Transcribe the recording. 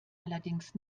allerdings